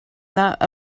not